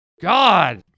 God